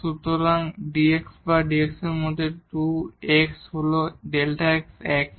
সুতরাং dx বা dx এর মধ্যে 2 x হল Δ x একই